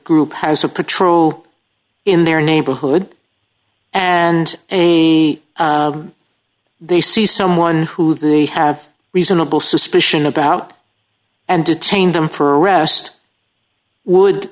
group has a patrol in their neighborhood and amy they see someone who they have reasonable suspicion about and detain them for arrest would